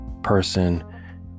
person